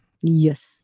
yes